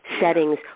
settings